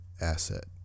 asset